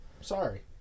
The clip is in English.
Sorry